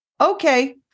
Okay